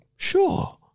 sure